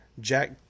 Jack